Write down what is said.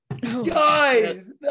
guys